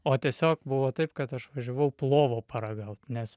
o tiesiog buvo taip kad aš važiavau plovo paragaut nes